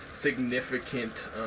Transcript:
Significant